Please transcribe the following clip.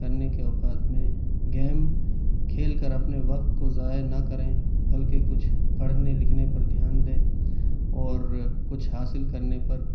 کرنے کے اوقات میں گیم کھیل کر اپنے وقت کو ضائع نہ کریں بلکہ کچھ پڑھنے لکھنے پر دھیان دیں اور کچھ حاصل کرنے پر